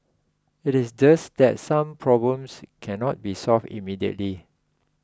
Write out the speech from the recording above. it is just that some problems cannot be solved immediately